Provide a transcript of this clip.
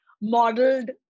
modeled